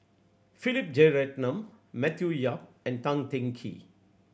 Philip Jeyaretnam Matthew Yap and Tan Teng Kee